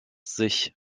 sich